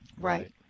Right